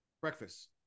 breakfast